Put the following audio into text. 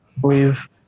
Please